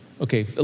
Okay